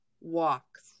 walks